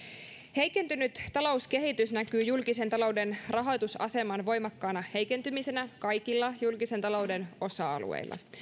heikentynyt talouskehitys näkyy julkisen talouden rahoitusaseman voimakkaana heikentymisenä kaikilla julkisen talouden osa alueilla